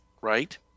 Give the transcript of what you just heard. right